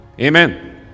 amen